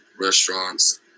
restaurants